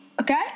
Okay